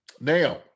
Now